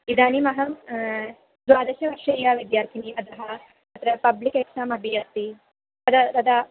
इदानीमहं द्वादशवर्षीया विद्यार्थिनी अतः तत्र पब्लिक् एक्साम् अपि अस्ति तत् तदा